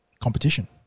competition